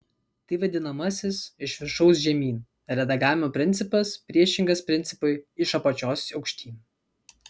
tai vadinamasis iš viršaus žemyn redagavimo principas priešingas principui iš apačios aukštyn